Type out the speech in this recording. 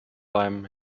beim